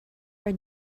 are